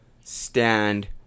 stand